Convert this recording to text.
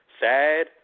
sad